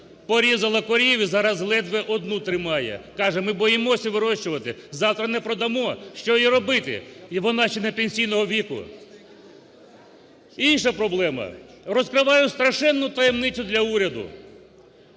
порізала корів і зараз ледве одну тримає. Каже: ми боїмося вирощувати, завтра не продамо. Що їй робити? І вона ще не пенсійного віку. Інша проблема. Розкриваю страшенну таємницю для уряду: